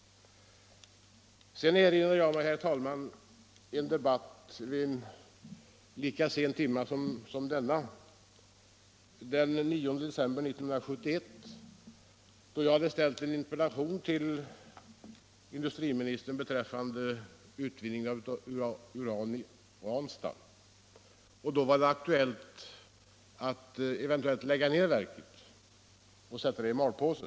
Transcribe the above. Jag erinrar mig, herr talman, en debatt vid en lika sen timme som denna den 9 december 1971, då jag hade ställt en interpellation till industriministern beträffande utvinning av uran i Ranstad. Då var det aktuellt att eventuellt lägga ned verket och stoppa det i malpåse.